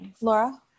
Laura